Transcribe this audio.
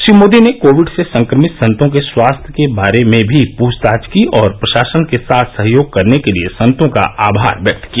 श्री मोदी ने कोविड से संक्रमित संतों के स्वास्थ्य के बारे में भी पूछताछ की और प्रशासन के साथ सहयोग करने के लिए संतों का आभार व्यक्त किया